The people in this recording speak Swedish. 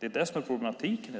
Det är det som är problematiken.